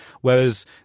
Whereas